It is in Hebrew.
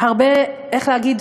איך להגיד,